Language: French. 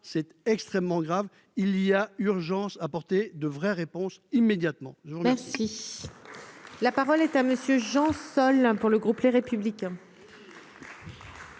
c'est extrêmement grave, il y a urgence apporter de vraies réponses immédiatement. La parole est à monsieur Jean Sol pour le groupe Les Républicains.